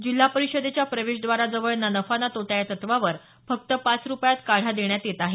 जिल्हा परिषदेच्या प्रवेशद्वाराजवळ ना नफा ना तोटा या तत्त्वावर फक्त पाच रुपयात काढा देण्यात येत आहे